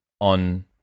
on